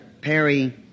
Perry